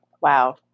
wow